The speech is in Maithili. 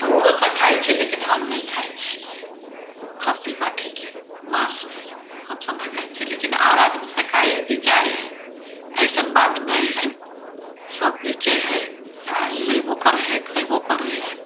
तऽ ओहोसभ खाइ छै लेकिन हम नहि खाइ छिए खस्सी पाठीके माँस उस हमसभ नहि खाइ छिए लेकिन आओर आदमीसभ खाइ हइ बेचै हइ अइसन बात नहि हइ सभ बेचै हइ आओर लैबौ करै हइ खैबो करै हइ